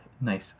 nice